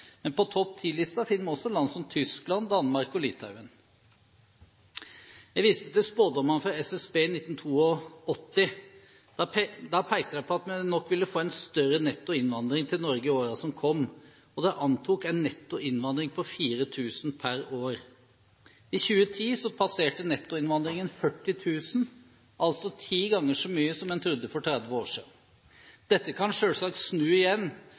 Men på topp 10-listen finner vi også land som Tyskland, Danmark og Litauen. Jeg viser til spådommene fra SSB i 1982. Da pekte de på at vi nok ville få en større nettoinnvandring til Norge i årene som kom. De antok en nettoinnvandring på 4 000 per år. I 2010 passerte nettoinnvandringen 40 000, altså ti ganger så mye som det en trodde for 30 år siden. Dette kan selvsagt snu igjen,